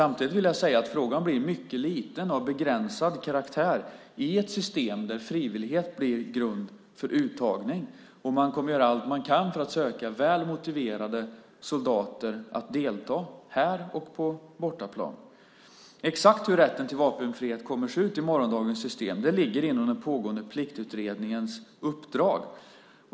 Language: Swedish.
Samtidigt vill jag säga att frågan blir mycket liten och av begränsad karaktär i ett system där frivillighet utgör grund för uttagning. Man kommer att göra allt man kan för att söka väl motiverade soldater som kan delta både här och på bortaplan. Exakt hur rätten till vapenfrihet kommer att se ut i morgondagens system ligger inom den pågående Pliktutredningens uppdrag.